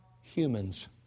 humans